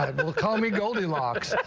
ah but well, call me goldie locks.